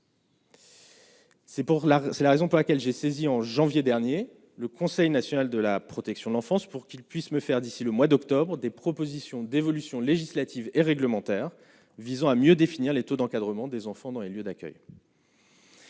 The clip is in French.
c'est la raison pour laquelle j'ai saisi en janvier dernier, le Conseil national de la protection de l'enfance pour qu'il puisse me faire d'ici le mois d'octobre des propositions d'évolution législative et réglementaire visant à mieux définir les taux d'encadrement des enfants dans les lieux d'accueil.